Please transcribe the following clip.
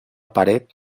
pared